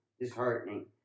disheartening